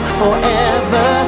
forever